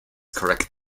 correct